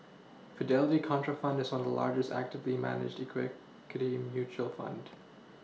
Fidelity Contrafund is one of the largest actively managed mutual fund